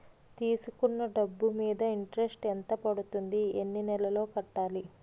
తీసుకున్న డబ్బు మీద ఇంట్రెస్ట్ ఎంత పడుతుంది? ఎన్ని నెలలో కట్టాలి?